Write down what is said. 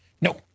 no